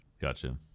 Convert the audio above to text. Gotcha